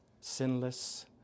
sinless